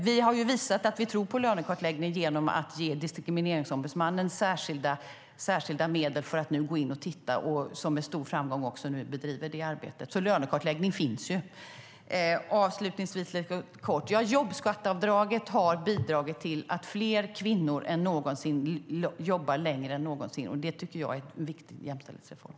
Vi har visat att vi tror på lönekartläggning genom att ge Diskrimineringsombudsmannen särskilda medel för att titta på det, som med stor framgång bedriver det arbetet. Lönekartläggning finns alltså. Avslutningsvis kort om jobbskatteavdraget: Jobbskatteavdraget har bidragit till att fler kvinnor än någonsin jobbar längre än någonsin, och det tycker jag är en viktig jämställdhetsreform.